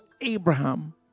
Abraham